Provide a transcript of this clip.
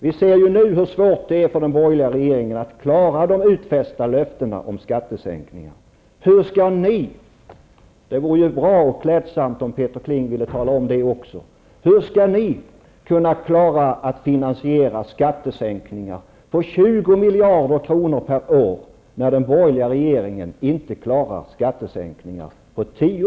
Vi ser nu hur svårt det är för den borgerliga regeringen att klara de utfästa löftena om skattesänkningar. Det vore bra och klädsamt om Peter Kling ville tala om hur ni skall kunna klara av att finansiera skattesänkningar på 20 miljarder kronor per år när den borgerliga regeringen inte klarar skattesänkningar på 10